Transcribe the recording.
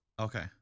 Okay